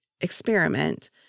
experiment